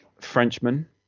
Frenchman